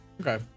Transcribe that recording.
Okay